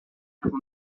grande